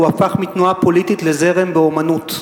הוא הפך מתנועה פוליטית לזרם באמנות,